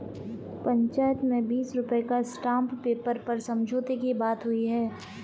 पंचायत में बीस रुपए का स्टांप पेपर पर समझौते की बात हुई है